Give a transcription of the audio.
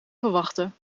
verwachtte